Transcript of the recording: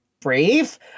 brave